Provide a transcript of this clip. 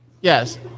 yes